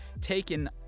taken